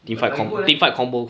like like good leh